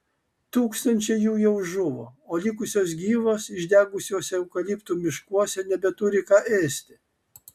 tūkstančiai jų jau žuvo o likusios gyvos išdegusiuose eukaliptų miškuose nebeturi ką ėsti